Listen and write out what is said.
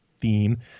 theme